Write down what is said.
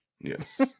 yes